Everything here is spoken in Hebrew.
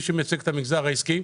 מי שמייצג את המגזר העסקי,